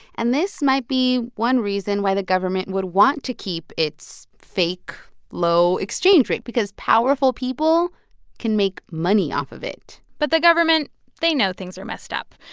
and this might be one reason why the government would want to keep its fake low exchange rate, because powerful people can make money off of it but the government they know things are messed up.